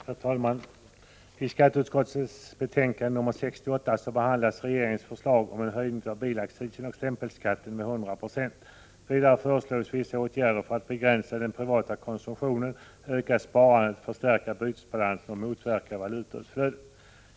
Herr talman! I skatteutskottets betänkande nr 68 behandlas regeringens förslag till höjning av bilaccisen och stämpelskatten med 100 96. Vidare föreslås vissa åtgärder för att begränsa den privata konsumtionen, öka sparandet, förstärka bytesbalansen och motverka valutautflödet.